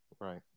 Right